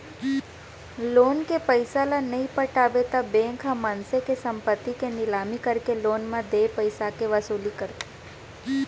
loan के पइसा ल नइ पटाबे त बेंक ह मनसे के संपत्ति के निलामी करके लोन म देय पइसाके वसूली करथे